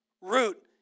root